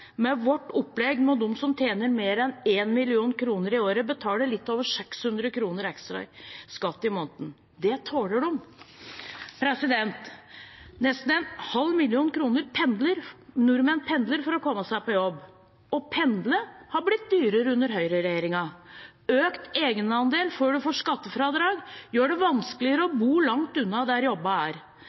Med vårt opplegg må de som tjener mer enn 1 mill. kr i året, betale litt over 600 kr ekstra i skatt i måneden. Det tåler de. Nesten en halv million nordmenn pendler for å komme seg på jobb. Å pendle har blitt dyrere under høyreregjeringen. Økt egenandel før du får skattefradrag, gjør det vanskeligere å bo langt unna der jobbene er.